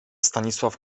stanisław